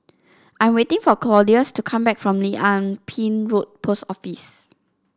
I am waiting for Claudius to come back from Lim Ah Pin Road Post Office